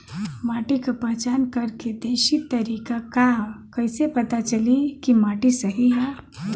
माटी क पहचान करके देशी तरीका का ह कईसे पता चली कि माटी सही ह?